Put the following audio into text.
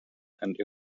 and